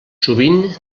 sovint